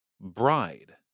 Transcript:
bride